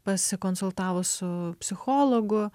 pasikonsultavus su psichologu